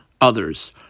others